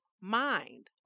mind